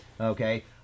okay